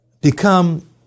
become